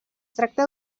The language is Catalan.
tracta